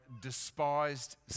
despised